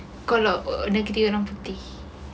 kalau nanti kita orang cuti